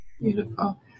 Beautiful